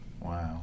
Wow